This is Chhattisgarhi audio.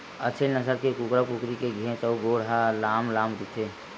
असेल नसल के कुकरा कुकरी के घेंच अउ गोड़ ह लांम लांम रहिथे